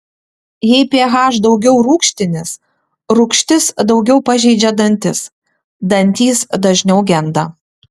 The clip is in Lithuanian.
jei ph daugiau rūgštinis rūgštis daugiau pažeidžia dantis dantys dažniau genda